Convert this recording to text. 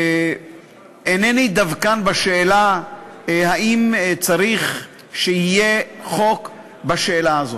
אינני דווקן בשאלה אם צריך שיהיה חוק בשאלה הזאת.